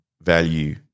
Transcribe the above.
value